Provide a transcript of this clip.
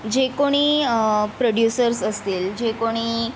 जे कोणी प्रोड्यूसर्स असतील जे कोणी